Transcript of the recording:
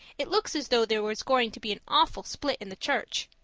it looks as though there was going to be an awful split in the church.